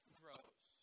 grows